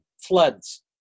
floods